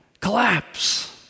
Collapse